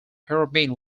hermione